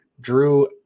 drew